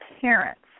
parents